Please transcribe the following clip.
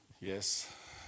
Yes